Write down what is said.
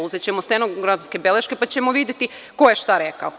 Uzećemo stenografske beleške pa ćemo videti ko je šta rekao.